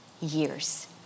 years